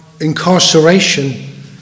incarceration